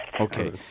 Okay